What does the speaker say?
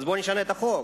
אז בואו נשנה את החוק.